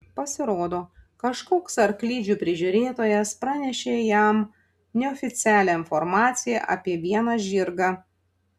pasirodo kažkoks arklidžių prižiūrėtojas pranešė jam neoficialią informaciją apie vieną žirgą